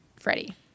Freddie